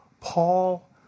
Paul